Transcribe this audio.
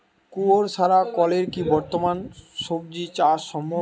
কুয়োর ছাড়া কলের কি বর্তমানে শ্বজিচাষ সম্ভব?